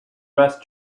mess